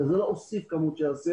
אבל זה לא הוסיף כמות של אסירים.